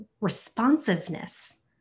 responsiveness